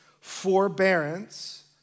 forbearance